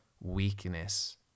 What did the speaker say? weakness